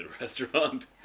restaurant